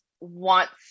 wants